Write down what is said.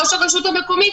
וראש הרשות המקומית,